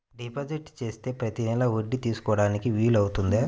Deposit చేస్తే ప్రతి నెల వడ్డీ తీసుకోవడానికి వీలు అవుతుందా?